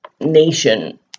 nation